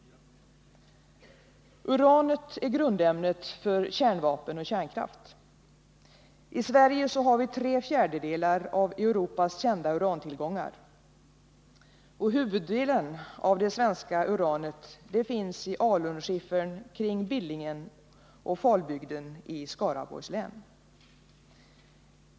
Uranet är grundämnet för kärnvapen och kärnkraft. I Sverige har vi tre fjärdedelar av Europas kända urantillgångar. Huvuddelen av det svenska uranet finns i alunskiffern kring Billingen och Falbygden i Skaraborg.